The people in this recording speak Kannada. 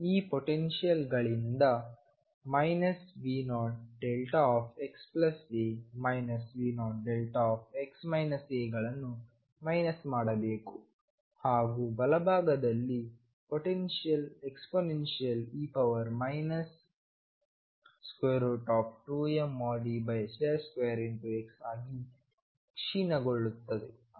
ಈ ಪೊಟೆನ್ಶಿಯಲ್ ಗಳಿಂದ V0δxa V0δ ಗಳನ್ನು ಮೈನಸ್ ಮಾಡಬೇಕು ಹಾಗೂ ಬಲಭಾಗದಲ್ಲಿ ಪೊಟೆನ್ಶಿಯಲ್ ಎಕ್ಸ್ಪೋನೆನ್ಶಿಯಲ್ e 2mE2x ಆಗಿ ಕ್ಷೀಣಗೊಳ್ಳುತ್ತದೆ